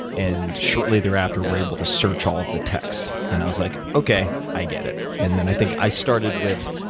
and shortly thereafter, you were able to search all of the text. and i was like, okay, i get it. and then, i think i started with